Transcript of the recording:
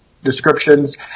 descriptions